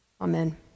Amen